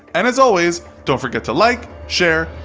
and, as always, don't forget to like, share,